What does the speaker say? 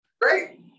Great